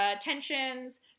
tensions